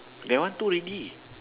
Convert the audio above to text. that one two already